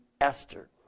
Esther